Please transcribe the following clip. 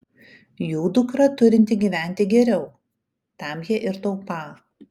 jų dukra turinti gyventi geriau tam jie ir taupą